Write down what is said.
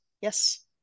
yes